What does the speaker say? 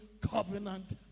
covenant